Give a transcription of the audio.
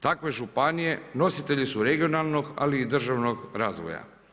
Takve županije nositelji su regionalnog ali i državnog razvoja.